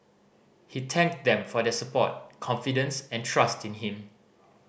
he thanked them for their support confidence and trust in him